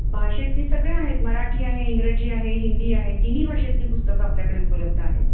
भाषेची सगळे आहेत मराठी आहे इंग्रजी आहे हिंदी आहे तिन्ही भाषेतील पुस्तकं आपल्याकडे उपलब्ध आहेत